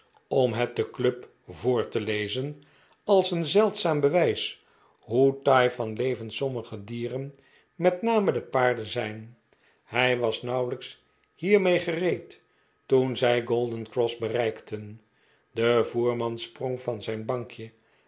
om het de club voor te lezen als een zeldzaam be wij s hoe taai van leven sommige dieren met name de paarden zijn hij was nauwelijks hiermee gereed toen zij golden cross bereikten de voerman sprong van zijn bankje